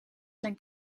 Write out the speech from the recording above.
zijn